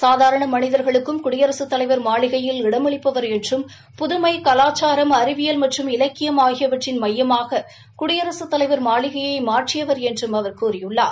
சாதாரண மனிதர்களுக்கும் குடியரசுத் தலைவர் மாளிகையில் இடமளிப்பவர் என்றும் புதமை கலாச்சாரம் அறிவியல் மற்றும் இலக்கியம் ஆகியவற்றின் மையமாக குடியரசுத் தலைவர் மாளிகையை மாற்றியவர் என்றும் அவர் கூறியுள்ளார்